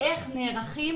איך נערכים.